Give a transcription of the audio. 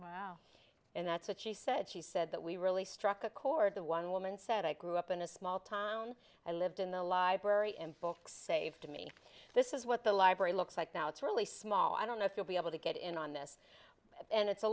schools and that's what she said she said that we really struck a chord the one woman said i grew up in a small town i lived in the library and folks saved me this is what the library looks like now it's really small i don't know if you'll be able to get in on this and it's a